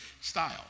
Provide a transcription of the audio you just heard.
style